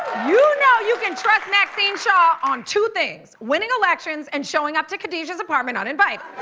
you know you can trust maxine shaw on two things winning elections and showing up to khadijah's apartment uninvited.